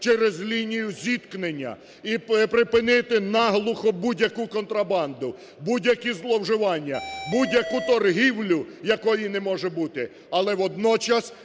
через лінію зіткнення і припинити наглухо будь-яку контрабанду, будь-які зловживання, будь-яку торгівлю, якої не може бути. Але водночас,